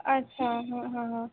अच्छा हां हां हां